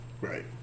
Right